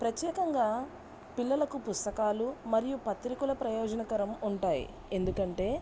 ప్రత్యేకంగా పిల్లలకు పుస్తకాలు మరియు పత్రికలు ప్రయోజనకరంగా ఉంటాయి ఎందుకంటే